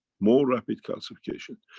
more rapid calcification.